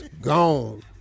gone